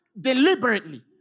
deliberately